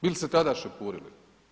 Bi li se tada šepurili?